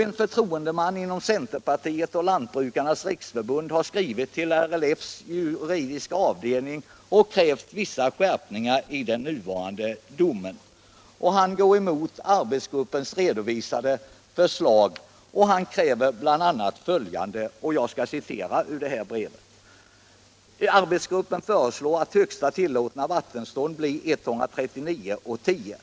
En förtroendeman inom centerpartiet och Lantbrukarnas riksförbund har skrivit till LRF:s juridiska avdelning och krävt vissa skärpningar i den nuvarande domen. Han går emot arbetsgruppens redovisade förslag och vill att sjön skall sänkas. Arbetsgruppen föreslår att högsta tillåtna vattenstånd blir 139,10 m.